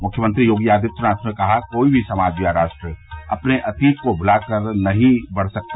मुख्यमंत्री योगी आदित्यनाथ ने कहा कोई भी समाज या राष्ट्र अपने अतीत को भुलाकर आगे नहीं बढ़ सकता